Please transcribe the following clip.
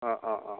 अ अ अ